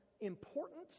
important